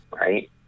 right